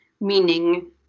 meaning